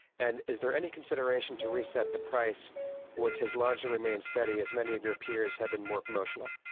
and is there any consideration to reset the price which has largely remained steady as many of your peers have been more promotional?